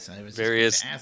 various